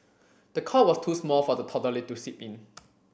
the cot was too small for the toddler to sleep in